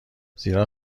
زیرا